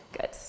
Good